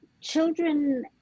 children